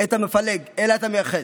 את המפלג אלא את המאחד.